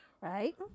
right